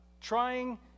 trying